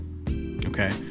okay